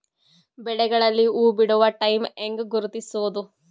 ಬೆಳೆಗಳಲ್ಲಿ ಹೂಬಿಡುವ ಟೈಮ್ ಹೆಂಗ ಗುರುತಿಸೋದ?